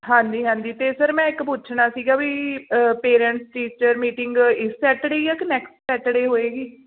ਹਾਂਜੀ ਹਾਂਜੀ ਅਤੇ ਸਰ ਮੈਂ ਇੱਕ ਪੁੱਛਣਾ ਸੀਗਾ ਵੀ ਪੇਰੈਂਟਸ ਟੀਚਰ ਮੀਟਿੰਗ ਇਸ ਸੈਟਰਡੇ ਹੀ ਆ ਕਿ ਨੈਕਸਟ ਸੈਟਰਡੇ ਹੋਵੇਗੀ